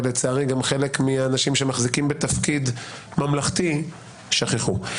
ולצערי גם חלק מהאנשים שמחזיקים בתפקיד ממלכתי שכחו.